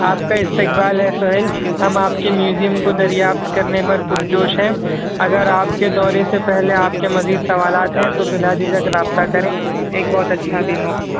آپ کا استقبال ہے سہیل ہم آپ کے میوزیم کو دریافت کرنے پر پرجوش ہیں اگر آپ کے دورے سے پہلے آپ کے مزید سوالات ہیں تو بلا جھجک رابطہ کریں ایک بہت اچھا دن ہو